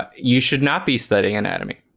ah you should not be studying anatomy